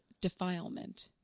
defilement